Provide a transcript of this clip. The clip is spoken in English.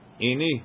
Ini